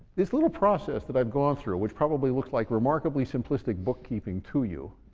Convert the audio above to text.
this little process that i've gone through, which probably looks like remarkably simplistic bookkeeping to you,